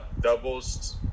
Doubles